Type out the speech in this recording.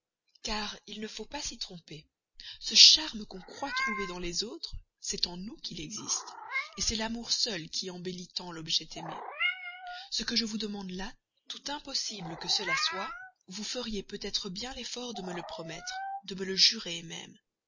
car il ne faut pas s'y tromper ce charme qu'on croit trouver dans les autres c'est en nous qu'il existe c'est l'amour seul qui embellit tant l'objet aimé ce que je vous demande là tout impossible que cela soit vous feriez peut-être bien l'effort de me le promettre de me le jurer même